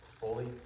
fully